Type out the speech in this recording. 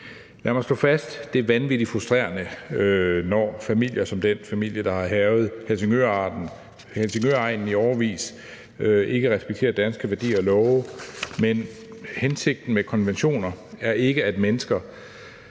Lad mig slå fast, at det er vanvittig frustrerende, når familier som den familie, der har hærget Helsingøregnen i årevis, ikke respekterer danske værdier og love, men hensigten med konventioner er ikke, at mennesker